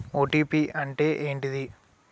OTP అంటే ఏంటిది?